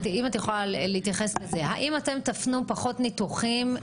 אם תוכלי להתייחס לזה: האם אתם תפנו פחות ניתוחים?